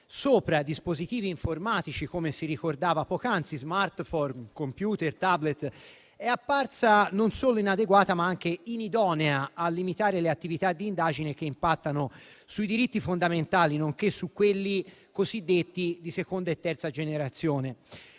nei dispositivi informatici (*smartphone*, *computer*, *tablet*) è apparsa non solo inadeguata, ma anche inidonea a limitare le attività di indagine che impattano sui diritti fondamentali, nonché su quelli cosiddetti di seconda e terza generazione.